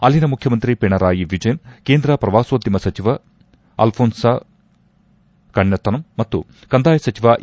ಅಲ್ಲಿನ ಮುಖ್ಯಮಂತ್ರಿ ಪಿಣರಾಯಿ ವಿಜಯನ್ ಕೇಂದ್ರ ಪ್ರವಾಸೋದ್ದಮ ಸಚಿವ ಅಲ್ಫೋನ್ಸಾ ಕಣ್ಣತನಂ ಮತ್ತು ಕಂದಾಯ ಸಚಿವ ಇ